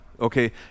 okay